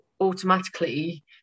automatically